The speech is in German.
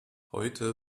heute